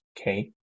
okay